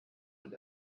mit